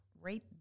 right